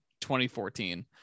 2014